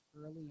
early